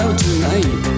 tonight